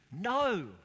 No